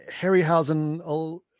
Harryhausen